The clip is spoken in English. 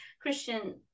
Christian